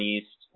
East